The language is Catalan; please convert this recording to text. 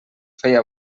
feia